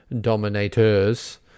dominators